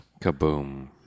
Kaboom